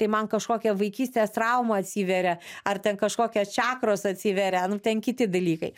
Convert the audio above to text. tai man kažkokia vaikystės trauma atsiveria ar ten kažkokia čakros atsiveria nu ten kiti dalykai